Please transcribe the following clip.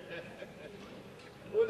ולסיכום.